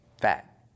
fat